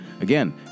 Again